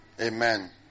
Amen